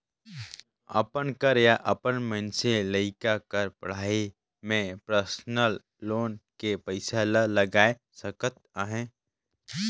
अपन कर या अपन मइनसे लइका कर पढ़ई में परसनल लोन के पइसा ला लगाए सकत अहे